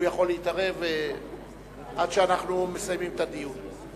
הוא יכול להתערב עד שאנחנו מסיימים את הדיון.